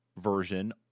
version